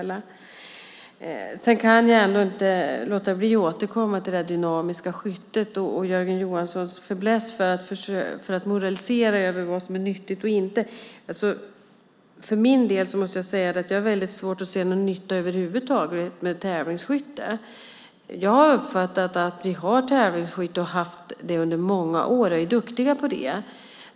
Jag kan inte låta bli att återkomma till det dynamiska skyttet och Jörgen Johanssons fäbless för att moralisera över vad som är nyttigt och inte. För min del måste jag säga att jag har väldigt svårt att se någon nytta över huvud taget med tävlingsskytte, men jag har uppfattat att vi har och har haft tävlingsskytte under många år och är duktiga på det.